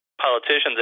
politicians